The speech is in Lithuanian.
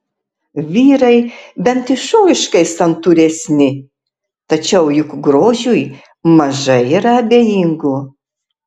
vyrai bent išoriškai santūresni tačiau juk grožiui mažai yra abejingų